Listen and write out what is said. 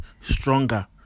stronger